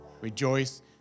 rejoice